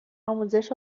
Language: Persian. آموزش